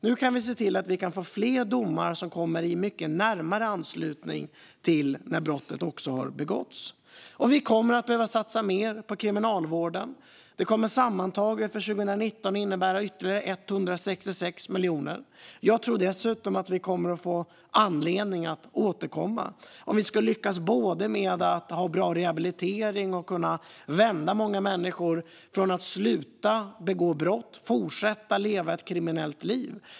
Vi kan se till att vi får fler domar som kommer i mycket närmare anslutning till när brottet har begåtts. Vi kommer att behöva satsa mer på Kriminalvården. Det kommer sammantaget för 2019 att innebära ytterligare 166 miljoner. Jag tror dessutom att vi kommer att få anledning att återkomma om vi ska lyckas både med att ha bra rehabilitering och kunna vända många människor så att de slutar att begå brott och leva ett kriminellt liv.